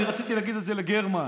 אני רציתי להגיד את זה לגרמן,